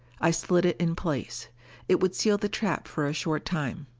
i slid it in place it would seal the trap for a short time.